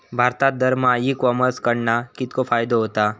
भारतात दरमहा e commerce कडणा कितको फायदो होता?